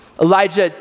Elijah